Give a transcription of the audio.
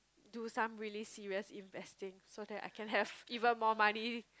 do some really serious investing so that I can have given more money